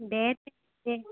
দে তে দে